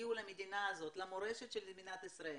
שהגיעו למדינה הזאת למורשת של מדינת ישראל,